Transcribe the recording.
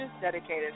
dedicated